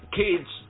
kids